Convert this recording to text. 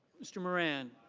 mr. moran.